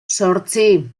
zortzi